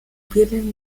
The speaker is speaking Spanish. pierden